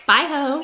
Bye-ho